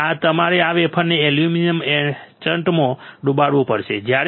તેથી તમારે આ વેફરને એલ્યુમિનિયમ એચન્ટમાં ડુબાડવું પડશે